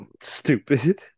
Stupid